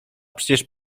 przecież